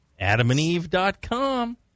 AdamandEve.com